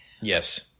Yes